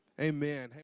amen